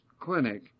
clinic